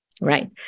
right